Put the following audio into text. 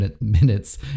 minutes